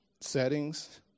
Settings